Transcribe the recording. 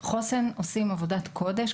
חוסן עושים עבודת קודש,